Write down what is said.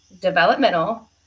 developmental